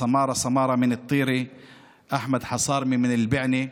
סמארה סמארה מטירה ואחמד חסארמה מבענה.